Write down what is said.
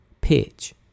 pitch